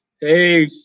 Hey